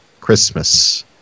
Christmas